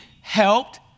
helped